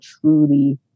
truly